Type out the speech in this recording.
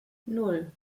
nan